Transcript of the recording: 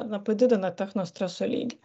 na padidina techno streso lygį